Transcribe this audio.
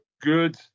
good